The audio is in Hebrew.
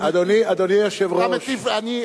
אדוני היושב-ראש,